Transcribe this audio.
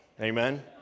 amen